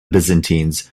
byzantines